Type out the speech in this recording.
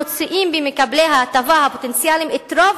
מוציאים ממקבלי ההטבה הפוטנציאליים את רוב